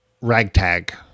ragtag